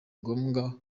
ngombwa